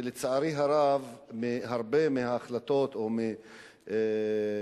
ולצערי הרב הרבה מההחלטות או מהפסיקות